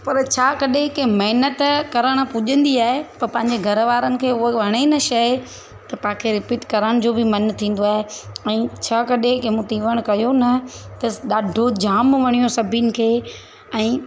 पर छा कॾहिं के महिनतु करण पुॼंदी आहे पर पंहिंजे घर वारनि खे हूअ वणे न शइ त तव्हांखे रीपीट करण जो बि मन थींदो आहे ऐं छा कॾहिं मूं तीवण कयो न त ॾाढो जाम वणियो सभिनि खे ऐं